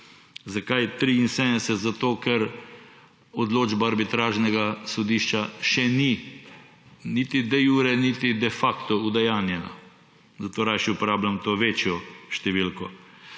Zakaj 73? Zato, ker odločba arbitražnega sodišča še ni niti de iure niti de facto udejanjenja. Zato rajši uporabljam to večjo številko.